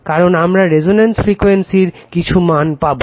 তখন আমারা রেজোন্যান্স ফ্রিকুয়েন্সির কিছু মান পাবো